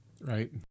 Right